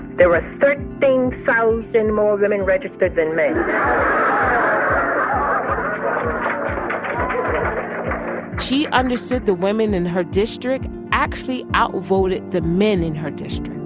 there were thirteen thousand more women registered than men ah um she understood the women in her district actually outvoted the men in her district.